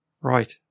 Right